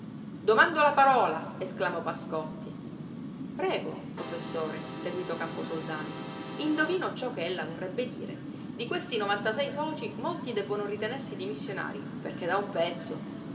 domando la parola esclamò pascotti prego professore seguitò camposoldani indovino ciò che ella vorrebbe dire di questi novantasei socii molti debbono ritenersi dimissionarii perché da un pezzo